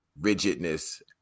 rigidness